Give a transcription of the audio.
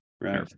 Right